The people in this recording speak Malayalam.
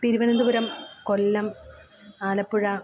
തിരുവനന്തപുരം കൊല്ലം ആലപ്പുഴ